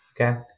okay